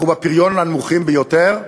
אנחנו בפריון מהנמוכים ביותר.